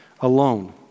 alone